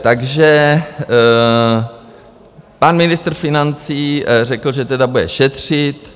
Takže pan ministr financí řekl, že tedy bude šetřit.